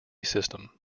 system